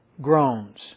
groans